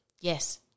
Yes